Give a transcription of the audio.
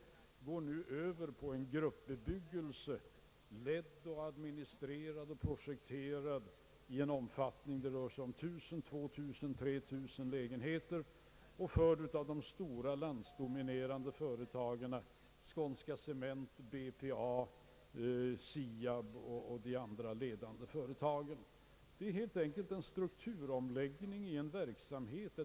Man övergår nu till gruppbebyggelse, där det rör sig om 1000 — 2 000 — 3 000 lägenheter, ledd, administrerad och projekterad av de landsdominerande företagen Skånska Cement, BPA, SIAB och andra. Det pågår helt enkelt en Sstrukturomläggning inom denna verksamhet.